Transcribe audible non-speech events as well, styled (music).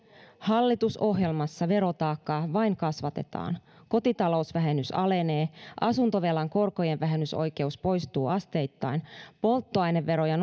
hallitusohjelmassa verotaakkaa vain kasvatetaan kotitalousvähennys alenee asuntovelan korkojen vähennysoikeus poistuu asteittain polttoaineveroja (unintelligible)